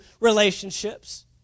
relationships